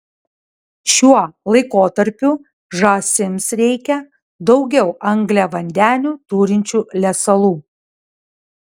šiuo laikotarpiu žąsims reikia daugiau angliavandenių turinčių lesalų